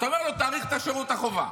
אתה אומר לו: תאריך את שירות החובה.